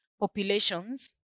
Populations